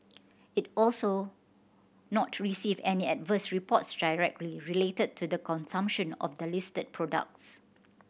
it also not received any adverse reports directly related to the consumption of the listed products